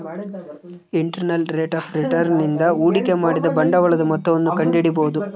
internal rate of return ನಿಂದ ಹೂಡಿಕೆ ಮಾಡಿದ ಬಂಡವಾಳದ ಮೊತ್ತವನ್ನು ಕಂಡಿಡಿಬೊದು